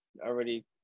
already